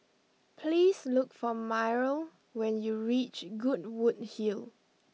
please look for Myrle when you reach Goodwood Hill